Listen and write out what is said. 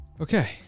Okay